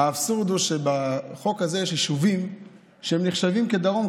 האבסורד הוא שבחוק הזה יש יישובים שנחשבים לדרום,